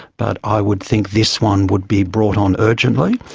but i would think this one would be brought on urgently.